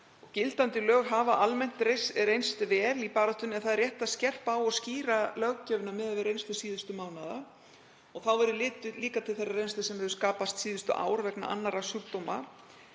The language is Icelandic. Gildandi lög hafa almennt reynst vel í baráttunni en það er rétt að skerpa á og skýra löggjöfina miðað við reynslu síðustu mánaða. Þá verður líka litið til þeirrar reynslu sem hefur skapast síðustu ár vegna annarra sjúkdóma.